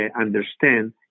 understand